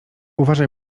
uważaj